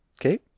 Okay